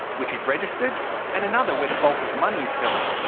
which is registered and another, where the bulk of the money is held,